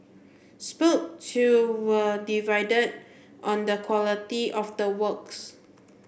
spoke to were divided on the quality of the works